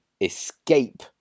escape